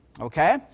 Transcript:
Okay